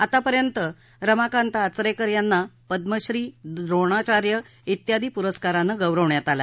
आतापर्यंत रामकांत आचरेकर यांना पदमश्री द्रोणाचार्य पुरस्कारानं गौरवण्यात आलं